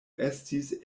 estis